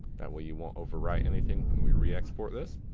that way you won't overwrite anything when we re-export this.